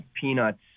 peanuts